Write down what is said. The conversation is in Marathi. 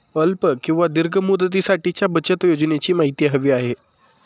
अल्प किंवा दीर्घ मुदतीसाठीच्या बचत योजनेची माहिती हवी आहे